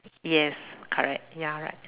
yes correct ya right